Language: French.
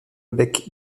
bec